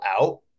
out